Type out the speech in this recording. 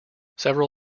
several